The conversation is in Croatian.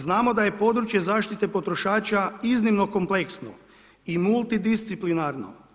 Znamo da je područje zaštite potrošača iznimno kompleksno i multidisciplinarno.